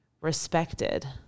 respected